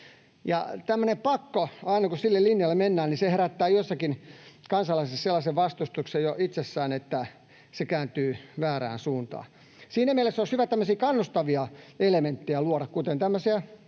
tämmöinen pakko, aina kun sille linjalle mennään, herättää joissakin kansalaisissa sellaisen vastustuksen jo itsessään, että se kääntyy väärään suuntaan. Siinä mielessä olisi hyvä luoda tämmöisiä kannustavia elementtejä, kuten tämmöisiä